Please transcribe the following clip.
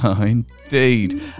indeed